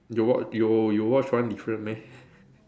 you watched you you watched one different meh